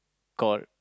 called